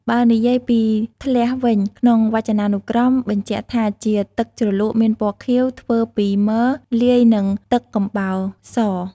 បើនិយាយពីធ្លះវិញ ក្នុងវចនានុក្រមបញ្ជាក់ថា ជាទឹកជ្រលក់មានពណ៌ខៀវ ធ្វើពីមរ លាយនឹងទឹកកំបោរ ស។